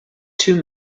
two